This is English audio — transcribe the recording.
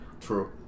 True